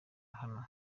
hano